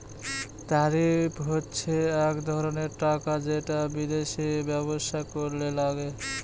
tariff হচ্ছে এক ধরনের টাকা যেটা বিদেশে ব্যবসা করলে লাগে